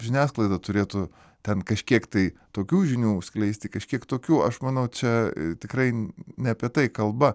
žiniasklaida turėtų ten kažkiek tai tokių žinių skleisti kažkiek tokių aš manau čia tikrai ne apie tai kalba